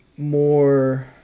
more